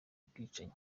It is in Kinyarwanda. bwicanyi